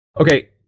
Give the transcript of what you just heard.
Okay